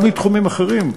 גם בתחומים אחרים.